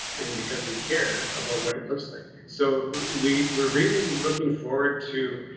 and because we care about what it looks like, so and we were really looking forward to.